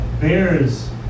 bears